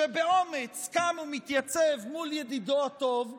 שבאומץ קם ומתייצב מול ידידו הטוב ואומר: